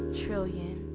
trillion